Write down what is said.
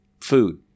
food